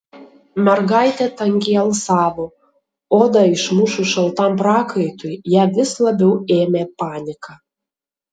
mergaitė tankiai alsavo odą išmušus šaltam prakaitui ją vis labiau ėmė panika